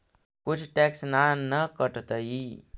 कुछ टैक्स ना न कटतइ?